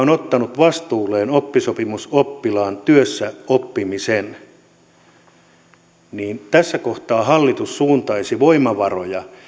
on ottanut vastuulleen oppisopimusoppilaan työssäoppimisen tässä kohtaa hallitus suuntaisi voimavaroja